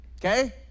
okay